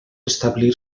establir